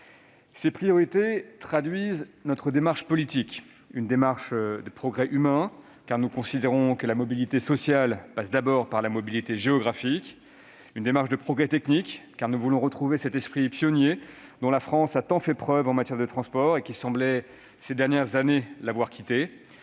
Ces priorités traduisent notre démarche politique. Une démarche de progrès humain, car nous considérons que la mobilité sociale passe d'abord par la mobilité géographique. Une démarche de progrès technique, car nous voulons retrouver cet esprit pionnier, dont la France a tant fait preuve en matière de transports, mais qui semblait ces dernières années l'avoir quittée.